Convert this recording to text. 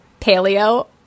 paleo